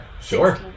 sure